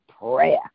prayer